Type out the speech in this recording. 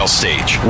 stage